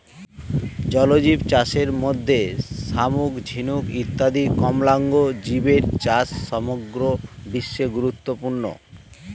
জলজীবচাষের মধ্যে শামুক, ঝিনুক ইত্যাদি কোমলাঙ্গ জীবের চাষ সমগ্র বিশ্বে গুরুত্বপূর্ণ